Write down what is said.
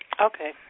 Okay